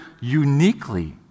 uniquely